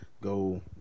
go